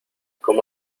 cómo